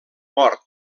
mort